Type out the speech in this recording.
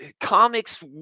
Comics